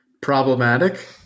Problematic